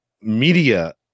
media